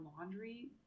laundry